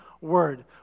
word